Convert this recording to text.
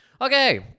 Okay